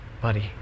Buddy